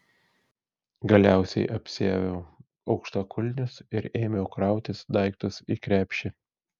galiausiai apsiaviau aukštakulnius ir ėmiau krautis daiktus į krepšį